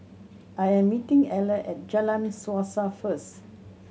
I am meeting Eller at Jalan Suasa first